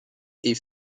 est